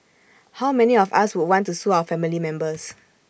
how many of us would want to sue our family members